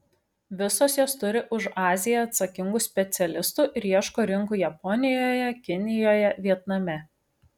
visos jos turi už aziją atsakingų specialistų ir ieško rinkų japonijoje kinijoje vietname